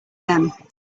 them